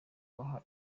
baha